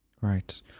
Right